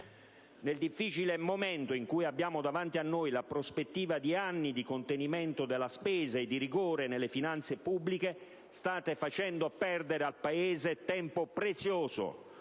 Nel difficile momento presente, in cui abbiamo davanti a noi la prospettiva di anni di contenimento della spesa e di rigore nelle finanze pubbliche, state facendo perdere al Paese tempo prezioso,